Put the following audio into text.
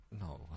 No